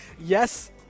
Yes